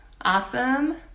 awesome